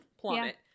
plummet